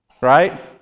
Right